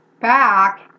back